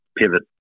pivot